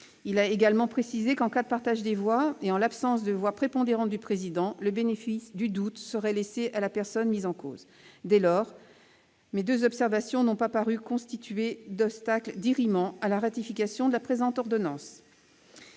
Il a également précisé qu'en cas de partage des voix et en l'absence de voix prépondérante du président, le bénéfice du doute serait laissé à la personne mise en cause. Dès lors, ces deux observations n'ont pas paru constituer d'obstacle dirimant à la ratification de la présente ordonnance.